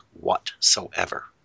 whatsoever